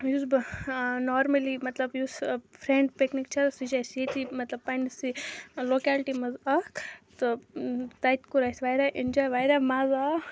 یُس بہٕ نارملی مَطلَب یُس فرینٛڈ پِکنِک چھِ سۅ چھِ اَسہِ ییٚتی مَطلَب پَنہٕ نِسٕے لوکیلٹِی منٛز اَکھ تہٕ تَتہِ کوٚر اَسہِ واریاہ اینجاے واریاہ مَزٕ آو